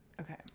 okay